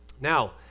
Now